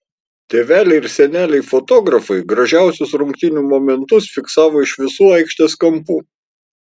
tėveliai ir seneliai fotografai gražiausius rungtynių momentus fiksavo iš visų aikštės kampų